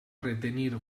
retenir